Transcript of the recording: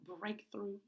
breakthrough